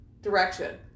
direction